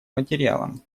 материалом